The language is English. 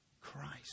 Christ